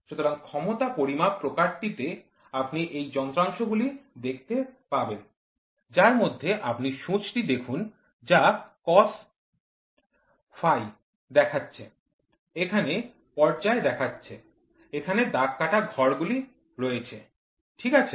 সুতরাং ক্ষমতা পরিমাপ প্রকারটি তে আপনি এই যন্ত্রাংশগুলি দেখতে পাবেন যার মধ্যে আপনি সূঁচটি দেখুন যা cosφ দেখাচ্ছে এখানে পর্যায় দেখাচ্ছে এখানে দাগ কাটা ঘর গুলি রয়েছে ঠিক আছে